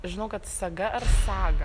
žinau kad saga ar saga